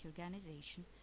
organization